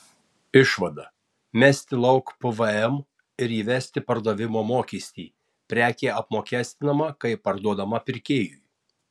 išvada mesti lauk pvm ir įvesti pardavimo mokestį prekė apmokestinama kai parduodama pirkėjui